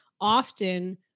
often